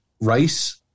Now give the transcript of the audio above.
rice